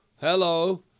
Hello